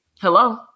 Hello